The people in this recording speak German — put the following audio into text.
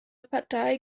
partei